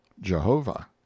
Jehovah